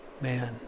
man